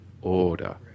order